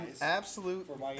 absolute